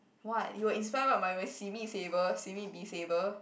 what you are inspired by my my simi saver simi be saver